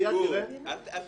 מייד תראה --- גור,